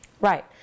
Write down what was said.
Right